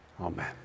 Amen